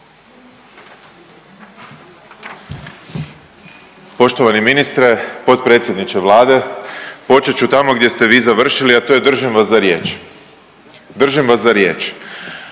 Poštovani ministre potpredsjedniče Vlade, počet ću tamo gdje ste vi završili, a to je držim vas za riječ. Držim vas za riječ.